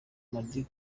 modi